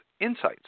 insights